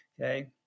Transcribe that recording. Okay